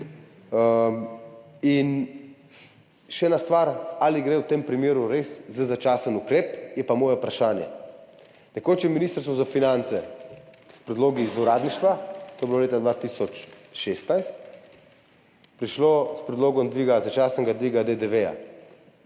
Še ena stvar. Ali gre v tem primeru res za začasen ukrep, je pa moje vprašanje. Nekoč je Ministrstvo za finance s predlogi iz uradništva, to je bilo leta 2016, prišlo s predlogom začasnega dviga DDV,